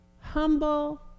Humble